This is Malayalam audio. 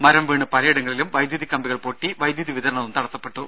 മരംവീണ് പലയിടങ്ങളിലും വൈദ്യുത കമ്പികൾ പൊട്ടി വൈദ്യുതി വിതരണവും തടസപ്പെട്ടു